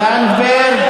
זנדברג.